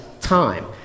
time